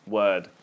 word